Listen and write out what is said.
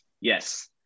yes